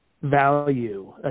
value